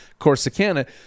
Corsicana